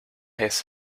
eso